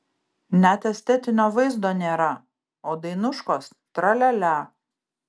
net estetinio vaizdo nėra o dainuškos tra lia lia